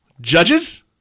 Judges